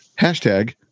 Hashtag